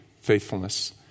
Faithfulness